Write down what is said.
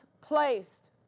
placed